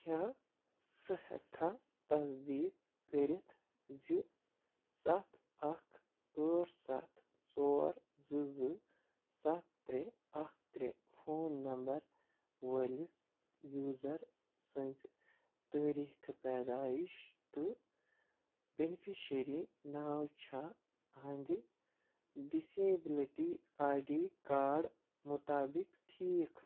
کیٛاہ ژٕ ہٮ۪ککھا تصدیٖق کٔرِتھ زِ سَتھ اکھ ٲٹھ سَتھ ژور زٕ زٕ سَتھ ترٛےٚ اکھ ترٛےٚ فون نمبر وٲلِس یوٗزَر سٕنٛزِ تٲریٖخہٕ پیدایِش تہٕ بیٚنِفِشٔری ناو چھےٚ یِہٕنٛدِ ڈِسایبٕلٹی آی ڈی کارڈ مُطابق ٹھیٖک